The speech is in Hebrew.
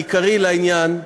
העיקרי לעניין,